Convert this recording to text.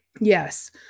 yes